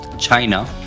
China